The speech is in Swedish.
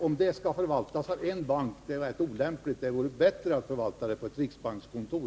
Att det förvaltas av en bank är rätt olämpligt — det vore bättre att det i fortsättningen förvaltades på ett riksbankskontor.